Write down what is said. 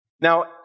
Now